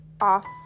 off